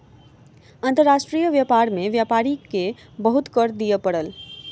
अंतर्राष्ट्रीय व्यापार में व्यापारी के बहुत कर दिअ पड़ल